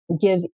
give